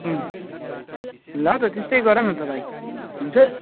अँ ल त त्यस्तै गर न त भाइ हुन्छ